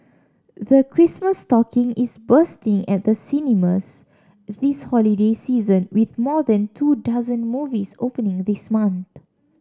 the Christmas stocking is bursting at the cinemas this holiday season with more than two dozen movies opening this month